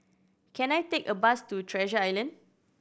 can I take a bus to Treasure Island